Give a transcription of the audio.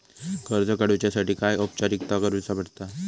कर्ज काडुच्यासाठी काय औपचारिकता करुचा पडता?